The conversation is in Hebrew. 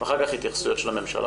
ואחר כך התייחסויות של הממשלה,